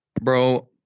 Bro